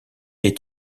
est